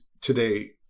today